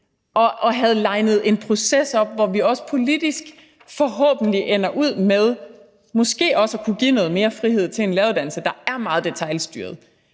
og havde linet en proces op, hvor vi også politisk forhåbentlig ender ud med måske også at kunne give noget mere frihed til en læreruddannelse, der er meget detailstyret,